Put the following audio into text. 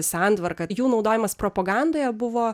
santvarką jų naudojimas propagandoje buvo